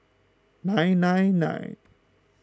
nine nine nine